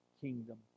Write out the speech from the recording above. kingdom